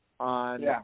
on